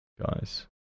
guys